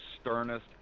sternest